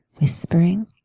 whispering